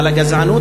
אבל הגזענות,